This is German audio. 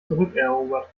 zurückerobert